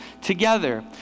together